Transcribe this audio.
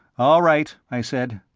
all right, i said.